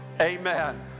Amen